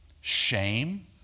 Shame